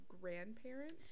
grandparents